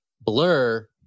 Blur